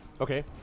okay